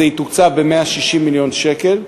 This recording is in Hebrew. וזה יתוקצב ב-160 מיליון שקל.